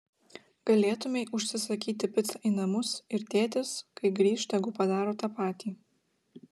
galėtumei užsisakyti picą į namus ir tėtis kai grįš tegul padaro tą patį